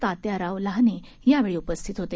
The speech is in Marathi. तात्याराव लहाने यावेळी उपस्थित होते